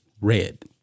red